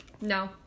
No